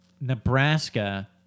Nebraska